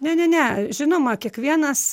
ne ne ne žinoma kiekvienas